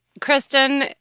Kristen